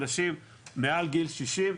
אנשים מעל גיל 60,